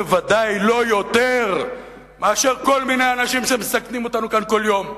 בוודאי לא יותר מאשר כל מיני אנשים שמסכנים אותנו כאן כל יום.